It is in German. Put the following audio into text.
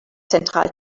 zentral